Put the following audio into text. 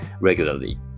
regularly